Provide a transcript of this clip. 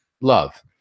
love